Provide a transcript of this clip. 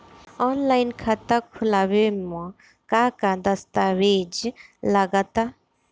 Online खाता खूलावे म का का दस्तावेज लगा ता?